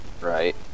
right